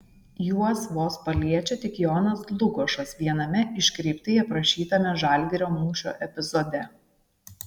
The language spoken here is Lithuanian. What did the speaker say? juos vos paliečia tik jonas dlugošas viename iškreiptai aprašytame žalgirio mūšio epizode